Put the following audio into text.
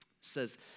says